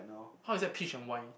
how is that peach and wine